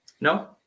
No